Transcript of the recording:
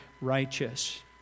righteous